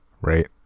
right